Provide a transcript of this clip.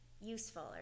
useful